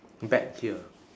bet here